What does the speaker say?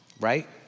right